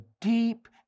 deep